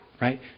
right